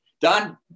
Don